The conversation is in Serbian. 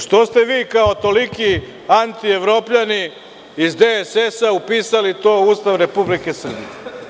Što ste vi kao toliki antievropljanin iz DSS upisali to u Ustav Republike Srbije?